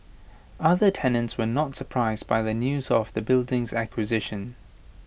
other tenants were not surprised by the news of the building's acquisition